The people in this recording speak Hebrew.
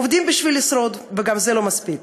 עובדים בשביל לשרוד, וגם זה לא מספיק.